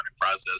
process